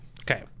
Okay